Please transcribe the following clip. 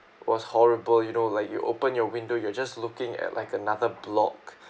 was horrible you know like you open your window you're just looking at like another block